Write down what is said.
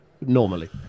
normally